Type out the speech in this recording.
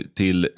till